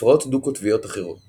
הפרעות דו־קוטביות אחרות